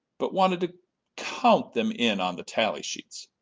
but wanted to count them in on the tally sheets.